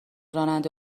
راننده